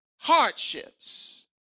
Hardships